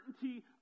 certainty